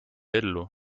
ellu